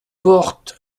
porte